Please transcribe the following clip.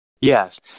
Yes